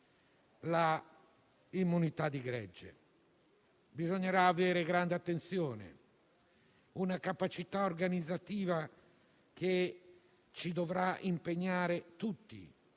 l'immunità di gregge. Bisognerà prestare grande attenzione e avere una capacità organizzativa che dovrà impegnare tutti;